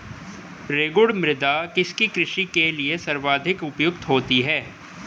रेगुड़ मृदा किसकी कृषि के लिए सर्वाधिक उपयुक्त होती है?